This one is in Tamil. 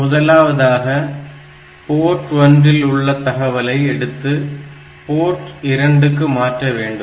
முதலாவதாக போர்ட் 1 இல் உள்ள தகவலை எடுத்து போர்ட் 2 க்கு மாற்ற வேண்டும்